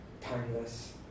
timeless